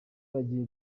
agiye